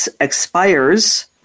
expires